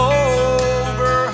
over